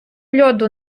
льоду